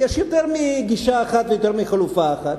יש יותר מגישה אחת ויותר מחלופה אחת.